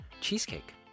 Cheesecake